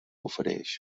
ofereix